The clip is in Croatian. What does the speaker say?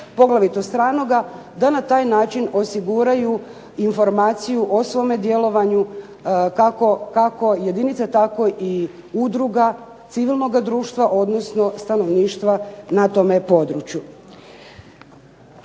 poglavito stranoga, da na taj način osiguraju informaciju o svome djelovanju kako jedinice tako i udruga civilnoga društva, odnosno stanovništva na tome području.